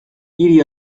hiri